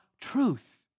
truth